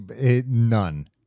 None